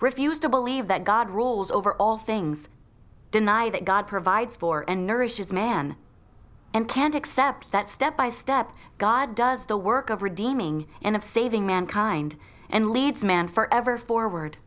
refuse to believe that god rules over all things deny that god provides for and nourishes man and can't accept that step by step god does the work of redeeming and of saving mankind and leads man forever forward